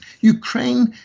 Ukraine